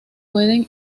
pueden